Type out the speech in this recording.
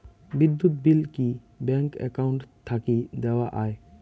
বিদ্যুৎ বিল কি bank account থাকি দেওয়া য়ায়?